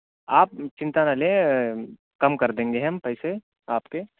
آپ چنتا نہ لیں کم کر دیں گے ہم پیسے آپ کے